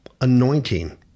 anointing